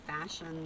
fashion